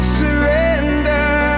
surrender